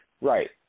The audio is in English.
Right